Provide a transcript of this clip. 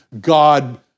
God